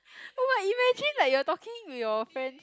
oh my imagine like you are talking with your friend